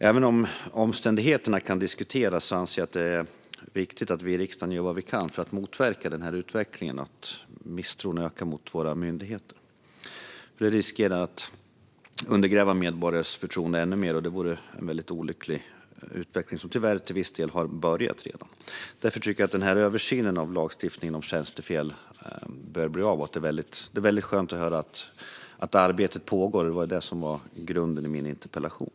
Även om omständigheterna kan diskuteras anser jag att det är viktigt att vi i riksdagen gör vad vi kan för att motverka den här utvecklingen att misstron mot våra myndigheter ökar, för det riskerar att undergräva medborgarnas förtroende ännu mer. Det vore en olycklig utveckling, som tyvärr till viss del redan har börjat. Därför tycker jag att översynen av lagstiftningen om tjänstefel bör bli av. Det är skönt att höra att det arbetet pågår. Det är detta som var grunden till min interpellation.